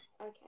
Okay